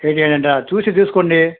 అంటా చూసి తీస్కోండి